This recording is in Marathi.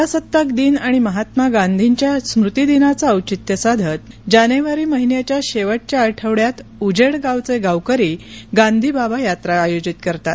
प्रजासत्ताक दिन आणि महात्मा गांधी यांच्या स्मृतीदिनाचं औचित्य साधत जानेवारी महिन्याच्या शेवटच्या आठवड़यात उजेड गावचे गावकरी गांधीबाबा यात्रा आयोजित करतात